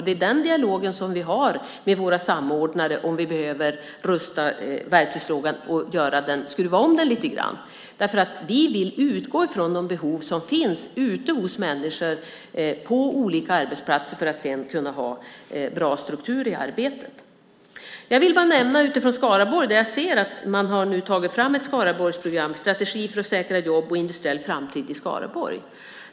Det är den dialog som vi har med våra samordnare, om vi behöver rusta verktygslådan och stuva om lite grann i den. Vi vill nämligen utgå från de behov som finns hos människor på olika arbetsplatser för att sedan kunna ha bra struktur i arbetet. Jag vill bara nämna en sak utifrån Skaraborg. Jag ser att man nu har tagit fram ett Skaraborgsprogram, strategi för att säkra jobb och industriell framtid i Skaraborg.